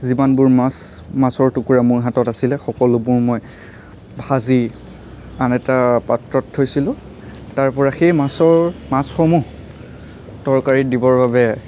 যিমানবোৰ মাছ মাছৰ টুকুৰা মোৰ হাতত আছিলে সকলোবোৰ মই ভাজি আন এটা পাত্ৰত থৈছিলোঁ তাৰ পৰা সেই মাছৰ মাছসমূহ তৰকাৰীত দিবৰ বাবে